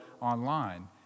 online